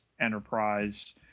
enterprise